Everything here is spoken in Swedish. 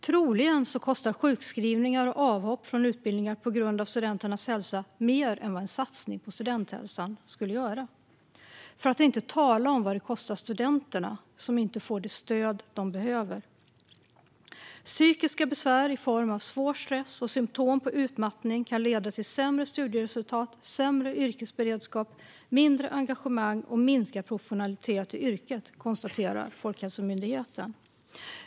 Troligen kostar sjukskrivningar och avhopp från utbildningar på grund av studenternas hälsa mer än vad en satsning på studenthälsan skulle göra, för att inte tala om vad det kostar studenterna som inte får det stöd som de behöver. Psykiska besvär i form av svår stress och symtom på utmattning kan leda till sämre studieresultat, sämre yrkesberedskap, mindre engagemang och minskad professionalitet i yrket, konstaterar Folkhälsomyndigheten.